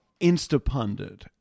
Instapundit